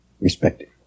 respected